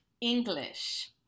English